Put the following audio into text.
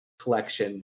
collection